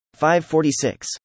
546